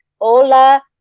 hola